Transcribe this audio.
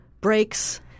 breaks